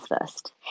first